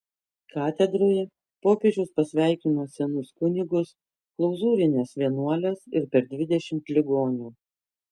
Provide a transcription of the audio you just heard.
katedroje popiežius pasveikino senus kunigus klauzūrines vienuoles ir per dvidešimt ligonių